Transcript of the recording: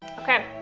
okay